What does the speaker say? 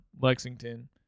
Lexington